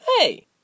Hey